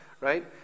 right